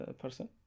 person